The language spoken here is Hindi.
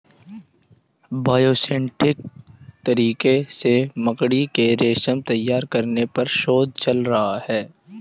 बायोसिंथेटिक तरीके से मकड़ी के रेशम तैयार करने पर शोध चल रहा है